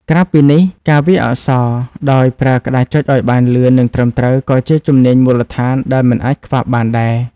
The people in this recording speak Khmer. ក្រៅពីនេះ ការវាយអក្សរ ដោយប្រើក្តារចុចឱ្យបានលឿននិងត្រឹមត្រូវក៏ជាជំនាញមូលដ្ឋានដែលមិនអាចខ្វះបានដែរ។